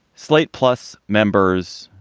slate plus members.